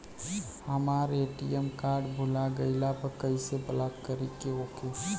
हमार ATM card भूला गईल बा कईसे ब्लॉक करी ओके?